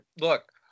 look